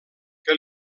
que